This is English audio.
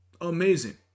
Amazing